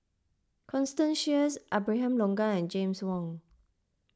Constance Sheares Abraham Logan and James Wong